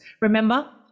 Remember